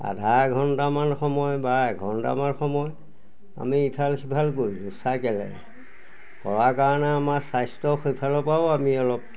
আধা এঘণ্টামান সময় বা এঘণ্টামান সময় আমি ইফাল সিফাল কৰিছোঁ চাইকেলেৰে কৰা কাৰণে আমাৰ স্বাস্থ্য সেইফালৰপৰাও আমি অলপ